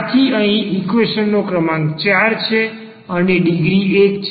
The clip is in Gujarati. આથી અહી ઈક્વેશન નો ક્રમાંક ૪ છે અને ડિગ્રી ૧ છે